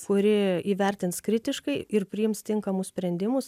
kuri įvertins kritiškai ir priims tinkamus sprendimus